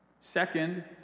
Second